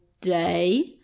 day